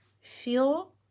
feel